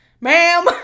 ma'am